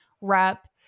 rep